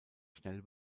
schnell